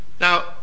now